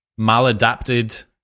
maladapted